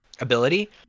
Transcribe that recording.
ability